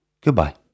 Goodbye